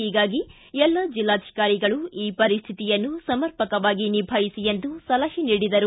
ಹೀಗಾಗಿ ಎಲ್ಲ ಜಿಲ್ನಾಧಿಕಾಗಳು ಈ ಪರಿಸ್ಥಿತಿಯನ್ನು ಸಮರ್ಪಕವಾಗಿ ನಿಭಾಯಿಸಿ ಎಂದು ಸಲಹೆ ನೀಡಿದರು